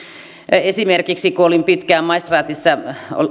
esimerkiksi kun olin pitkään maistraatissa